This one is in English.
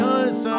Cause